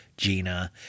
Gina